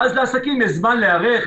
ואז לעסקים יש זמן להיערך,